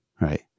right